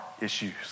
issues